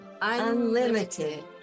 unlimited